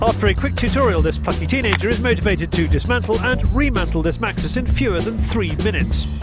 after a quick tutorial this plucky teenager is motivated to dismantle and remantle this maxus in fewer than three minutes.